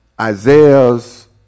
Isaiah's